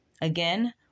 Again